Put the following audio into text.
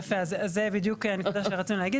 יפה, זה בדיוק הנקודה שרצינו להגיד.